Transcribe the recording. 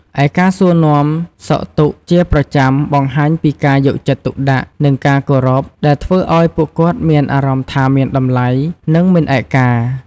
ឯការសួរនាំសុខទុក្ខជាប្រចាំបង្ហាញពីការយកចិត្តទុកដាក់ និងការគោរព ដែលធ្វើឱ្យពួកគាត់មានអារម្មណ៍ថាមានតម្លៃ និងមិនឯកា។